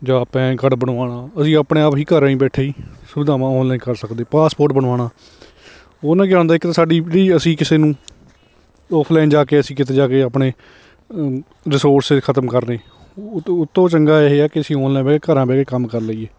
ਜਾਂ PAN card ਬਣਵਾਉਣਾ ਅਸੀਂ ਆਪਣੇ ਆਪ ਹੀ ਘਰ ਹੀ ਬੈਠੇ ਹੀ ਸੁਵਿਧਾਵਾਂ ਔਨਲਾਈਨ ਕਰ ਸਕਦੇ ਪਾਸਪੋਰਟ ਬਣਵਾਉਣਾ ਉਹਦੇ ਨਾਲ ਕੀ ਹੁੰਦਾ ਇੱਕ ਤਾਂ ਸਾਡੀ ਜਿਹੜੀ ਅਸੀਂ ਕਿਸੇ ਨੂੰ ਔਫਲਾਈਨ ਜਾ ਕੇ ਅਸੀਂ ਕਿਤੇ ਜਾ ਕੇ ਆਪਣੇ ਰਿਸੋਰਸ ਖਤਮ ਕਰਨੇ ਉਹ ਤੋਂ ਉਹ ਤੋਂ ਚੰਗਾ ਇਹ ਆ ਕਿ ਅਸੀਂ ਔਨਲਾਈਨ ਬਹਿ ਕੇ ਘਰ ਬਹਿ ਕੇ ਕੰਮ ਕਰ ਲਈਏ